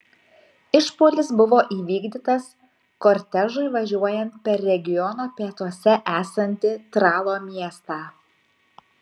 išpuolis buvo įvykdytas kortežui važiuojant per regiono pietuose esantį tralo miestą